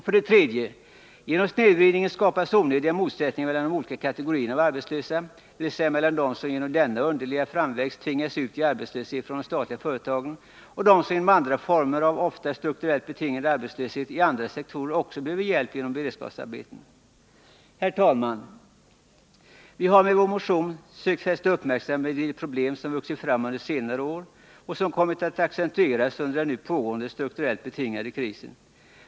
För det tredje: Genom snedvridningen skapas onödiga motsättningar mellan de olika kategorierna av arbetslösa, dvs. mellan dem som genom denna underliga framväxt tvingats ut i arbetslöshet från de statliga företagen och dem som genom andra former av ofta strukturellt betingad arbetslöshet i andra sektorer också behöver hjälp genom beredskapsarbeten. Herr talman! Vi har med vår motion sökt fästa uppmärksamheten vid ett problem, som vuxit fram under senare år och som kommit att accentueras under den nu pågående strukturellt betingade krisen.